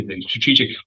strategic